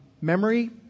memory